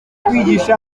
kwigisha